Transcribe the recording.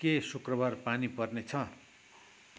के शुक्रबार पानी पर्नेछ